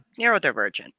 neurodivergent